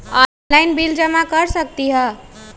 Online bill जमा कर सकती ह?